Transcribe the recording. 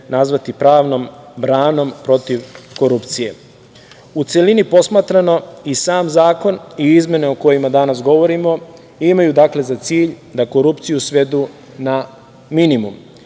nazvati pravnom branom protiv korupcije.U celini posmatrano i sam zakon i izmene o kojima danas govorimo imaju za cilj da korupciju svedu na minimum